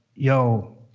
yo!